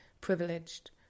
privileged